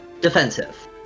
defensive